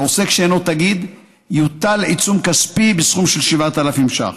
על עוסק שאינו תאגיד יוטל עיצום כספי בסכום של 7,000 שקלים.